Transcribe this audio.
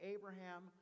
Abraham